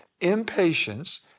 Impatience